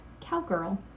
cowgirl